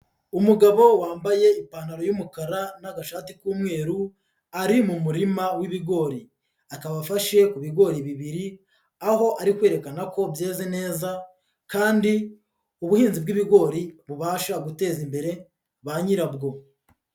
Umugabo wambaye ipantaro y'umukara n'agashati k'umweru ari mu murima w'ibigori, akaba afashe ku bigori bibiri aho ari kwerekana ko byeze neza kandi ubuhinzi bw'ibigori bubasha guteza imbere ba nyirabwo.